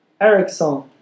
Ericsson